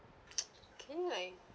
can like